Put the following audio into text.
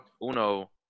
uno